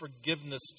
forgiveness